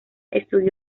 estudió